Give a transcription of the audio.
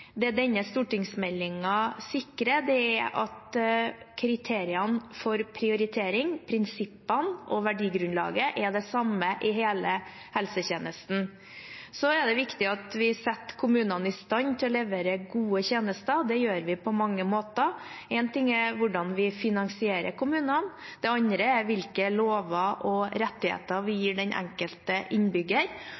Det denne stortingsmeldingen sikrer, er at kriteriene for prioritering, prinsippene og verdigrunnlaget, er de samme i hele helsetjenesten. Så er det viktig at vi setter kommunene i stand til å levere gode tjenester, og det gjør vi på mange måter. Én ting er hvordan vi finansierer kommunene, det andre er hvilke lover og rettigheter vi